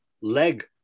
leg